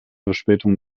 verspätung